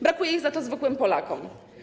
Brakuje ich za to zwykłym Polakom.